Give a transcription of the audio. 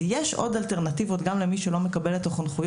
יש עוד אלטרנטיבות גם עבור מי שלא מקבל את החונכות.